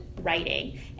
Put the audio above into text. writing